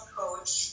coach